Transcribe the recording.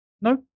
No